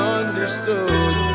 understood